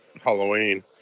Halloween